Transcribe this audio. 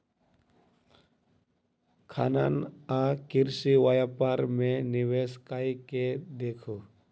खनन आ कृषि व्यापार मे निवेश कय के देखू